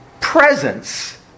presence